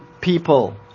people